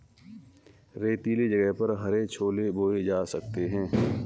रेतीले जगह पर हरे छोले बोए जा सकते हैं